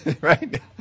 Right